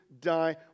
die